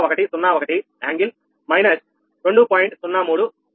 0101 కోణం మైనస్ 2